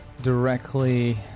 directly